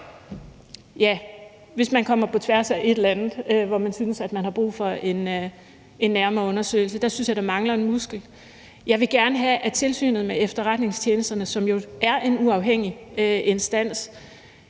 hvis man kommer på tværs af et eller andet, hvor man synes, at man har brug for en nærmere undersøgelse. Der synes jeg, at der mangler en muskel. Jeg vil gerne have, at Tilsynet med Efterretningstjenesterne, som jo er en uafhængig instans,